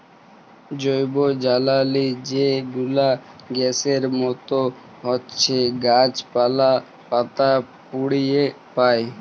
জৈবজ্বালালি যে গুলা গ্যাসের মত হছ্যে গাছপালা, পাতা পুড়িয়ে পায়